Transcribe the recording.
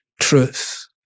truth